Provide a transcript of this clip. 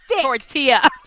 Tortilla